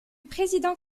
président